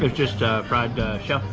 but just fried shell.